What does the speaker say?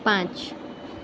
પાંચ